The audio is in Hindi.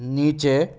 नीचे